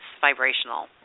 vibrational